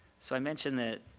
so i mentioned that